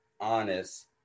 honest